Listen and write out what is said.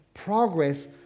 Progress